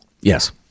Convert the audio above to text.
Yes